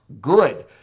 good